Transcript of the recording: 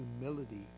humility